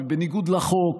בניגוד לחוק,